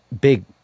big